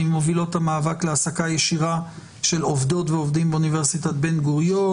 ממובילות המאבק להעסקה ישירה של עובדים ועובדים באוניברסיטת בן-גוריון.